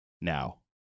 now